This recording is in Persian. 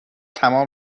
تمام